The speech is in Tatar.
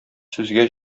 сүзгә